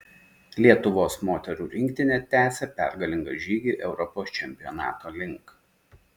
lietuvos moterų rinktinė tęsia pergalingą žygį europos čempionato link